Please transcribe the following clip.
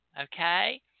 okay